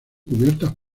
cubiertas